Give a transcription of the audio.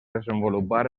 desenvolupar